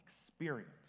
experience